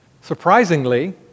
Surprisingly